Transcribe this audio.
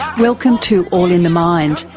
welcome to all in the mind,